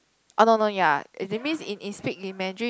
oh no no ya that means it it speak in Mandarin